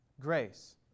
grace